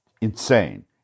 insane